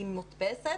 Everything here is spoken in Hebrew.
והוא מודפס,